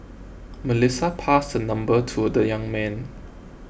Melissa passed her number to the young man